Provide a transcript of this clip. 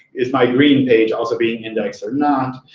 is my greeting page also being indexed or not?